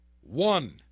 One